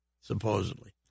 supposedly